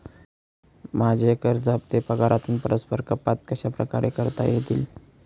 माझे कर्ज हफ्ते पगारातून परस्पर कपात कशाप्रकारे करता येतील?